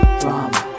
drama